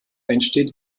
entsteht